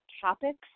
topics